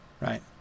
right